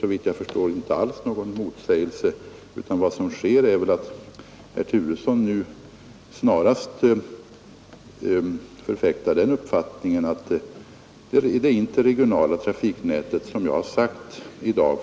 Såvitt jag förstår finns det där inte alls någon motsägelse. Herr Turesson förfäktar snarast den uppfattningen att det interregionala trafiknätet — som jag har sagt